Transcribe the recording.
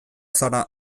zara